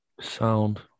sound